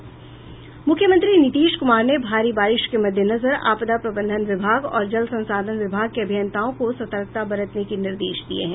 मुख्यमंत्री नीतीश कुमार ने भारी बारिश के मददेनजर आपदा प्रबंधन विभाग और जल संसाधन विभाग के अभियंताओं को सतर्कता बरतने के निर्देश दिये हैं